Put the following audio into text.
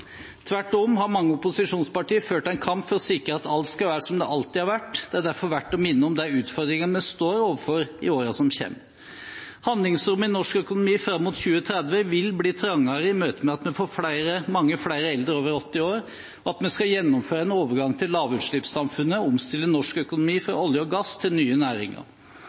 Tvert om har mange opposisjonspartier ført en kamp for å sikre at alt skal være som det alltid har vært. Det er derfor verdt å minne om de utfordringene vi står overfor i årene som kommer. Handlingsrommet i norsk økonomi fram mot 2030 vil bli trangere i møte med at vi får mange flere eldre over 80 år, at vi skal gjennomføre en overgang til lavutslippssamfunnet og omstille norsk økonomi fra olje og gass til nye næringer.